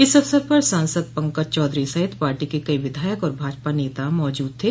इस अवसर पर सांसद पंकज चौधरी सहित पार्टी के कई विधायक और भाजपा नेता मौजूद थे